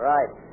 Right